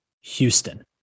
Houston